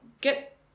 get